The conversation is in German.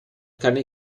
keine